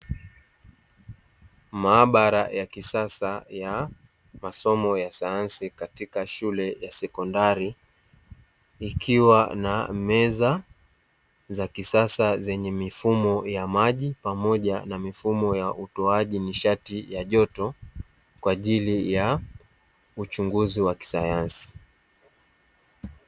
Maabara ya kisasa ya masomo ya sayansi katika shule ya sekondari, ikiwa na meza za kisasa zenye mifumo ya maji pamoja na mifumo ya utoaji nishati ya joto, kwa ajili ya uchunguzi wa kisayansi.